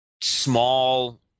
small